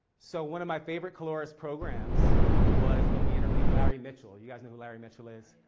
so one of my favorite colores programs was when we interviewed larry mitchell. you guys know who larry mitchell is?